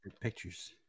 pictures